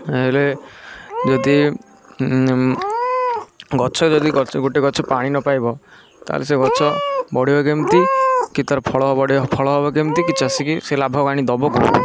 ରେ ଯଦି ଗଛ ଯଦି ଗଛ ଗୋଟେ ଗଛ ପାଣି ନପାଇବ ତାହେଲେ ସେ ଗଛ ବଢ଼ିବ କେମିତି କି ତାର ଫଳ ବଢ଼ିବ ଫଳ ହେବ କେମିତି କି ଚାଷୀକି ସେ ଲାଭ ଆଣି ଦେବ କେଉଁଠୁ